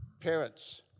Parents